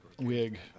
wig